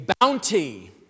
bounty